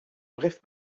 bref